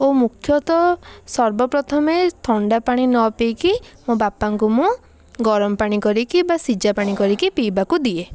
ଓ ମୁଖ୍ୟତଃ ସର୍ବପ୍ରଥମେ ଥଣ୍ଡାପାଣି ନପିଇକି ମୋ ବାପାଙ୍କୁ ମୁଁ ଗରମପାଣି କରିକି ବା ସିଝା ପାଣି କରିକି ପିଇବାକୁ ଦିଏ